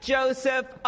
Joseph